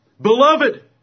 Beloved